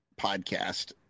podcast